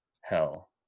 hell